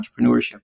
entrepreneurship